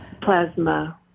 plasma